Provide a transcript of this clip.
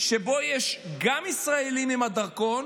שבו יש גם ישראלים עם הדרכון,